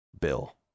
Bill